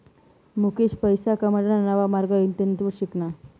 मुकेश पैसा कमाडाना नवा मार्ग इंटरनेटवर शिकना